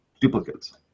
duplicates